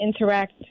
interact